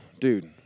dude